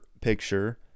picture